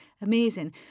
amazing